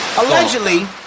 Allegedly